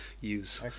use